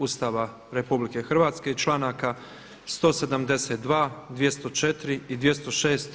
Ustava RH i članaka 172., 204. i 206.